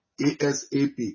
ASAP